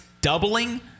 doubling